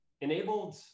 enabled